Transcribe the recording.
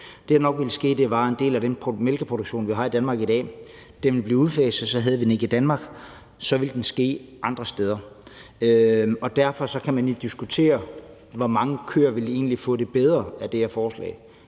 det, der nok ville ske, var, at en del af den mælkeproduktion, vi har i Danmark i dag, ville blive udfaset, og så havde vi den ikke længere i Danmark. Så ville den ske andre steder. Og derfor kan man jo diskutere, hvor mange køer der egentlig ville få det bedre af det her forslag.